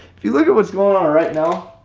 if you look at what's going on right now,